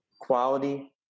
quality